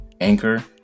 Anchor